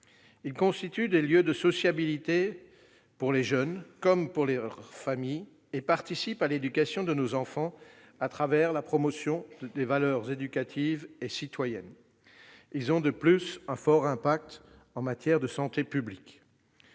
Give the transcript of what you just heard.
Ils constituent des lieux de sociabilité pour les jeunes comme pour leurs familles et participent à l'éducation de nos enfants au travers de la promotion des valeurs éducatives et citoyennes. Ils ont de plus une forte incidence en matière de santé publique.